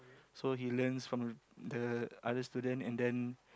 so he learns from the other student and then